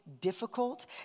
difficult